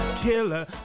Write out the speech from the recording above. killer